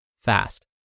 fast